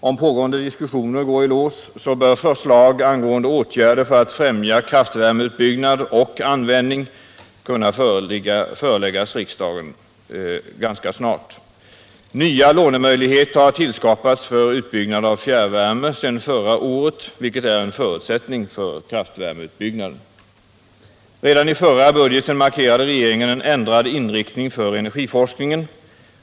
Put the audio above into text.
Om pågående diskussioner går i lås bör förslag angående åtgärder för att främja kraftvärmeutbyggnad och användning kunna föreläggas riksdagen ganska snart. Redan förra året tillskapades nya lånemöjligheter för utbyggnad av fjärrvärme, vilket är en förutsättning för kraftvärmeutbygnaden. Redan i förra budgeten markerade regeringen en ändrad inriktning för energiforskningen.